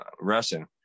Russian